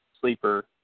sleeper